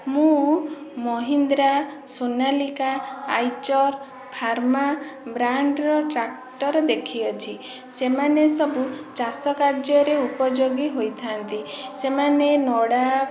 ମୁଁ ମହିନ୍ଦ୍ରା ସୋନାଲିକା ଆଇଚର ଫାର୍ମା ବ୍ରାଣ୍ଡର ଟ୍ରାକ୍ଟର ଦେଖିଅଛି ସେମାନେ ସବୁ ଚାଷ କାର୍ଯ୍ୟରେ ଉପଯୋଗୀ ହୋଇଥା'ନ୍ତି ସେମାନେ ନଡ଼ା